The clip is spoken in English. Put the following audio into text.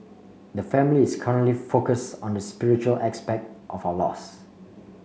the family is currently focused on the spiritual aspect of our loss